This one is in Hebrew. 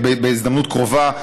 בהזדמנות הקרובה,